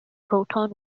proton